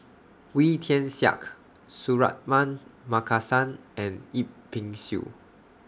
Wee Tian Siak Suratman Markasan and Yip Pin Xiu